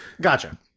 gotcha